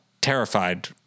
terrified